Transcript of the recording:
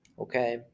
okay